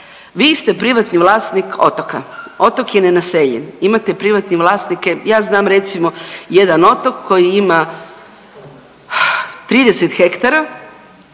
vi ste privatni vlasnik otoka, otok je nenaseljen, imate privatne vlasnike, ja znam recimo jedan otok koji ima 30 hektara,